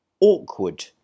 awkward